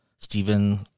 Stephen